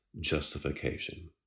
justification